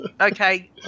Okay